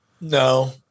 No